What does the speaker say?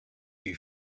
you